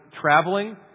traveling